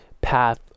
path